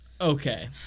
okay